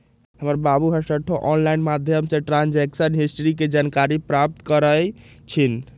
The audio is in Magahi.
हमर बाबू हरसठ्ठो ऑनलाइन माध्यमें से ट्रांजैक्शन हिस्ट्री के जानकारी प्राप्त करइ छिन्ह